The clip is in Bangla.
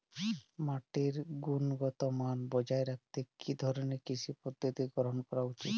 মাটির গুনগতমান বজায় রাখতে কি ধরনের কৃষি পদ্ধতি গ্রহন করা উচিৎ?